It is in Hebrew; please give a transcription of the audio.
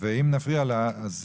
ואם נפריע לה אז